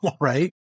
right